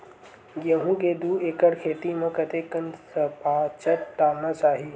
गेहूं के दू एकड़ खेती म कतेकन सफाचट डालना चाहि?